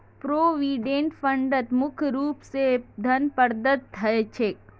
provident फंडत मुख्य रूप स धन प्रदत्त ह छेक